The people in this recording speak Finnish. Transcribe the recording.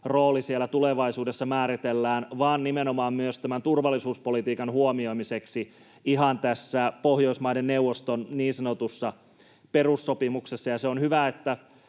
rooli tulevaisuudessa määritellään, vaan nimenomaan myös turvallisuuspolitiikan huomioimiseksi ihan tässä Pohjoismaiden neuvoston niin sanotussa perussopimuksessa. Se on hyvä, että